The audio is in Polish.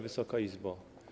Wysoka Izbo!